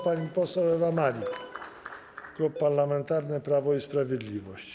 Pani poseł Ewa Malik, Klub Parlamentarny Prawo i Sprawiedliwość.